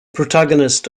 protagonist